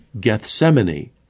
Gethsemane